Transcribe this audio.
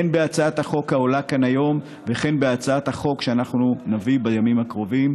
בהצעת החוק העולה כאן היום וכן בהצעת החוק שנביא בימים הקרובים.